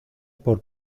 por